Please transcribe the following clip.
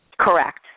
Correct